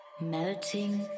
Melting